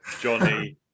Johnny